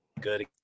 good